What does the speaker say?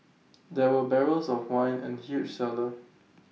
there were barrels of wine in the huge cellar